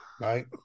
right